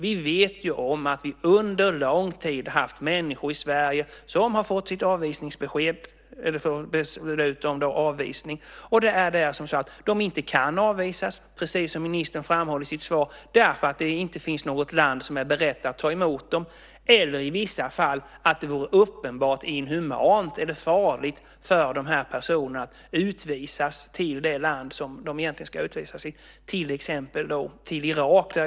Vi vet om att vi under lång tid har haft människor i Sverige som har fått sitt beslut om avvisning men som inte kan avvisas, precis som ministern framhåller i sitt svar, därför att det inte finns något land som är berett att ta emot dem eller, i vissa fall, att det vore uppenbart inhumant eller farligt för de här personerna att utvisas till det land som de egentligen ska utvisas till. Ett exempel är Irak.